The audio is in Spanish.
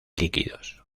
líquidos